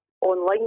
online